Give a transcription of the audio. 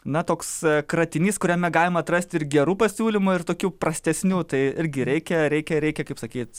na toks kratinys kuriame galima atrasti ir gerų pasiūlymų ir tokių prastesnių tai irgi reikia reikia reikia kaip sakyt